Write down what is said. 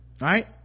right